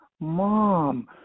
Mom